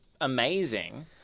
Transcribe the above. amazing